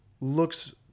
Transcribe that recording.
looks